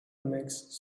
makes